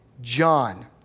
John